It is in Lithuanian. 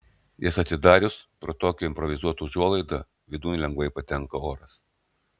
jas atidarius pro tokią improvizuotą užuolaidą vidun lengvai patenka oras